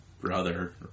brother